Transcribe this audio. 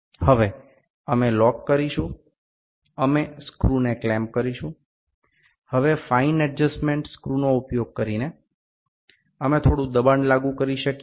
હવે અમે લોક કરીશું અમે સ્ક્રુને ક્લેમ્પ કરીશું હવે ફાઇન એડજસ્ટમેન્ટ સ્ક્રુનો ઉપયોગ કરીને અમે થોડું દબાણ લાગુ કરી શકીએ છીએ